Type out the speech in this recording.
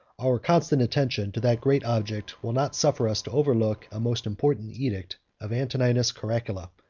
our constant attention to that great object will not suffer us to overlook a most important edict of antoninus caracalla,